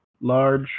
large